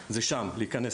זה לא יהיה.